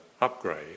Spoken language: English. upgrade